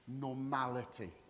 normality